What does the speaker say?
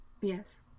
Yes